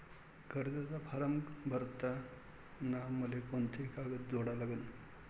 कर्जाचा फारम भरताना मले कोंते कागद जोडा लागन?